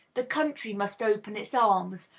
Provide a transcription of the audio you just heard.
the country must open its arms,